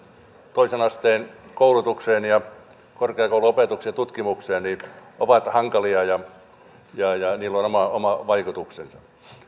toisen asteen koulutukseen ja korkeakouluopetukseen tutkimukseen ovat hankalia ja ja niillä on oma oma vaikutuksensa